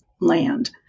land